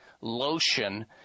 lotion